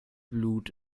blut